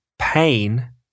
pain